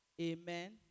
Amen